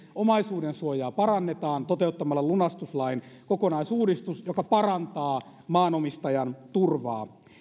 omaisuudensuojaa parannetaan toteuttamalla lunastuslain kokonaisuudistus joka parantaa maanomistajan turvaa